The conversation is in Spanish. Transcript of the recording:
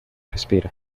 respira